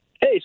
hey